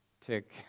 tick